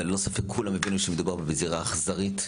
וללא ספק כולם הבינו שמדובר בזירה אכזרית,